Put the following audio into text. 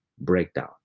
breakdown